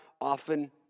often